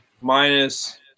minus